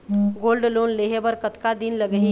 Gold loan लेहे बर कतका दिन लगही?